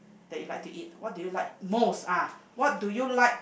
that you like to eat what do you like most ah what do you like